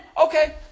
okay